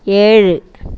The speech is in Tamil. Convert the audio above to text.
ஏழு